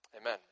Amen